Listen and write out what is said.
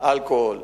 אלכוהול.